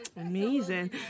Amazing